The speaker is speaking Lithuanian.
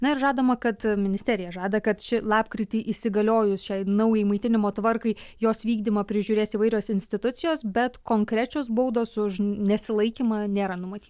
na ir žadama kad ministerija žada kad ši lapkritį įsigaliojus šiai naujai maitinimo tvarkai jos vykdymą prižiūrės įvairios institucijos bet konkrečios baudos už nesilaikymą nėra numatyt